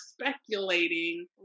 speculating